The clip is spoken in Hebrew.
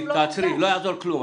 לא יעזור כלום.